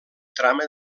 trama